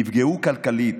נפגעו כלכלית,